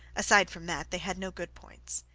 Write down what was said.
aside from that, they had no good points.